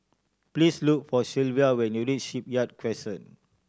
please look for Shelvia when you reach Shipyard Crescent